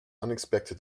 unexpected